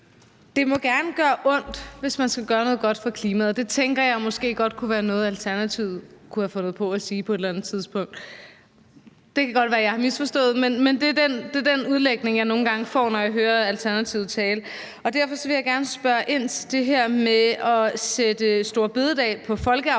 Det må gerne gøre ondt, hvis man skal gøre noget godt for klimaet. Det tænker jeg måske godt kunne være noget, Alternativet kunne have fundet på at sige på et eller andet tidspunkt. Det kan godt være, at jeg har misforstået det, men det er den udlægning, jeg nogle gange oplever, når jeg hører Alternativet tale. Derfor vil jeg gerne spørge ind til det her med at sætte store bededag til folkeafstemning.